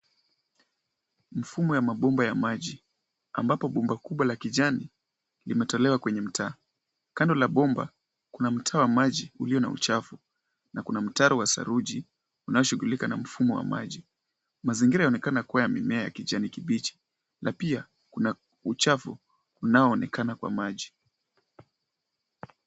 Mfumo ya mabomba ya maji ambapo bomba kubwa la kijani limetolewa kwenye mtaa. Kando la bomba kuna mtaa wa maji ulio na uchafu na kuna mtaro wa saruji unaoshughulika na mfumo wa maji. Mazingira yaonekana kuwa ya mimea ya kijani kibichi na pia kuna uchafu unaoonekana kwa maji.